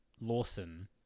lawson